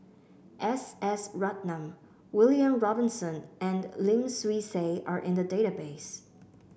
S S Ratnam William Robinson and Lim Swee Say are in the database